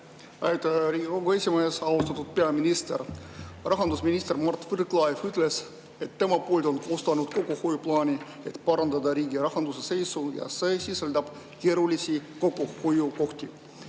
Riigikogu esimees! Austatud peaminister! Rahandusminister Mart Võrklaev ütles, et tema poolt on koostatud kokkuhoiuplaan, et parandada riigirahanduse seisu, ja see sisaldab keerulisi kokkuhoiukohti.